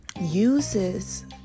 uses